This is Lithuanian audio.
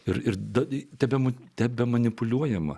ir ir du tebemu tebemanipuliuojama